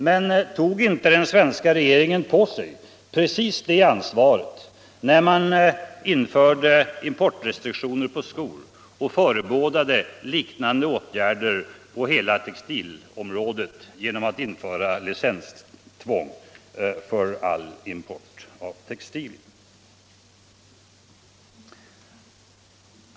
Men tog inte den svenska regeringen på sig precis det ansvaret när man införde importrestriktioner på skor och förebådade liknande åtgärder på hela textilområdet genom att införa licenstvång för all import av textilier?